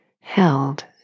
held